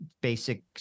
basic